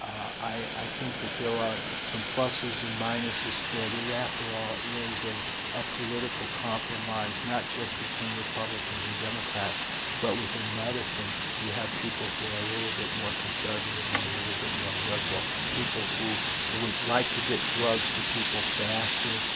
i think that there are some pluses and minuses to it. it, after all, is a a political compromise, not just between republicans and democrats but within medicine. you have people who are a little bit more conservative and a little bit more liberal, people who would like to get drugs to people faster,